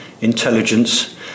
intelligence